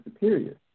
superior